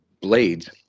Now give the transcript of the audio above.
blades